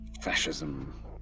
fascism